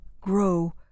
grow